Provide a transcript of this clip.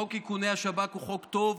חוק איכוני השב"כ הוא חוק טוב,